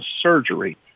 surgery